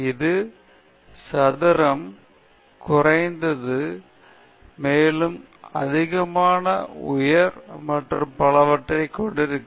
இது சதுரம் குறைந்த குறைவானது மேலும் அதிகமான உயர் மற்றும் பலவற்றைக் கொண்டிருக்கும்